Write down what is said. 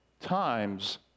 times